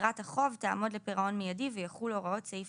יתרת החוב תעמוד לפירעון מיידי ויחולו הוראות סעיף